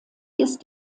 ist